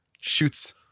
shoots